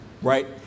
right